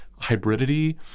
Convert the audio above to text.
hybridity